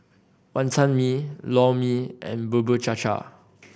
Wantan Mee Lor Mee and Bubur Cha Cha